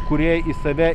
kurie į save